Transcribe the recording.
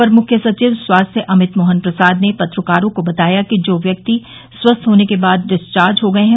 अपर मुख्य सचिव स्वास्थ्य अमित मोहन प्रसाद ने पत्रकारों को बताया कि जो व्यक्ति स्वस्थ होने के बाद डिस्चार्ज हो गये हैं